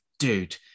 Dude